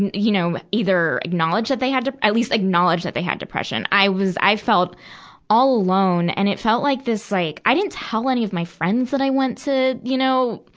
you know either acknowledge that they had depre, at least acknowledge that they had depression. i was, i felt all alone. and it felt like this like, i didn't tell any of my friends that i went to, you know,